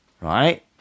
Right